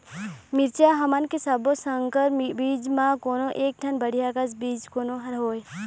मिरचा हमन के सब्बो संकर बीज म कोई एक ठन बढ़िया कस बीज कोन हर होए?